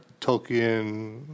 Tolkien